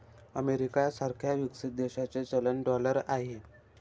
America सारख्या विकसित देशाचे चलन डॉलर आहे